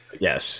Yes